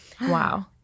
Wow